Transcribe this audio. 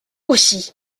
aussi